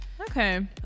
okay